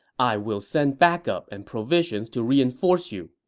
i will send backup and provisions to reinforce you.